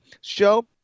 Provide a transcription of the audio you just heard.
show